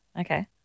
Okay